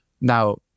Now